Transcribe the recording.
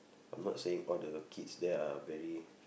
I'm not saying all the kids there are very